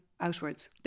outwards